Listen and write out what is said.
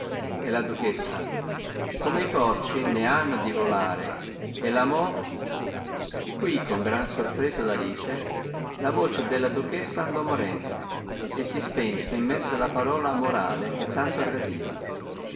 e la duchessa come i porci ne hanno di volare e la mo quì con gran sorpresa d'alice la voce della duchessa andò morendo e si spense in mezzo alla parola morale che tanto gradiva